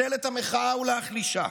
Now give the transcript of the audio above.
לפצל את המחאה ולהחלישה,